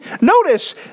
Notice